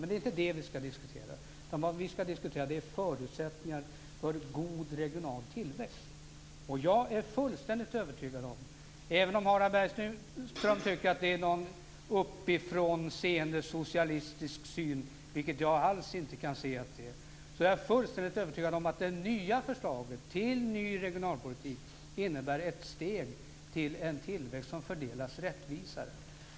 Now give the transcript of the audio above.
Men det är inte det vi ska diskutera, utan vi ska diskutera förutsättningar för god regional tillväxt. Och även om Harald Bergström talar om en uppifrånseende socialistisk syn, vilket jag alls inte kan se det som, är jag fullständigt övertygad om att det nya förslaget till ny regionalpolitik innebär ett steg mot en tillväxt som fördelas rättvisare.